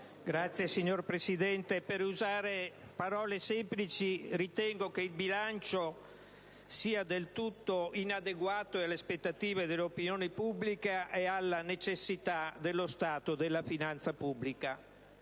*(PD)*. Signor Presidente, per usare parole semplici, ritengo che il bilancio sia del tutto inadeguato alle aspettative dell'opinione pubblica e alle necessità inerenti allo stato della finanza pubblica.